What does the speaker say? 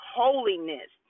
holiness